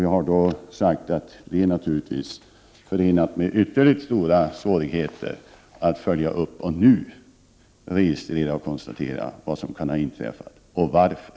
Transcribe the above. Jag har då sagt att det är förenat med ytterligt stora svårigheter att nu följa upp och registrera vad som kan ha inträffat och varför.